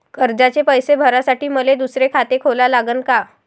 कर्जाचे पैसे भरासाठी मले दुसरे खाते खोला लागन का?